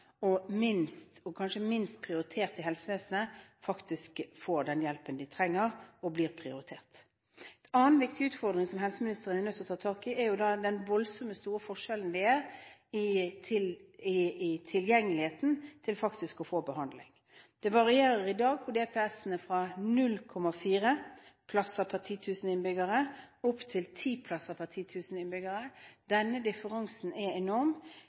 og kanskje er minst prioritert i helsevesenet, får den hjelpen de trenger, og blir prioritert. En annen viktig utfordring som helseministeren er nødt til å ta tak i, er den voldsomt store forskjellen i tilgjengelighet til faktisk å få behandling. På DPS-ene varierer det i dag fra 0,4 plasser per 10 000 innbyggere og opp til 10 plasser per 10 000 innbyggere. Denne differansen er enorm.